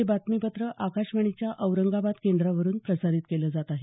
हे बातमीपत्र आकाशवाणीच्या औरंगाबाद केंद्रावरून प्रसारित केलं जात आहे